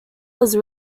was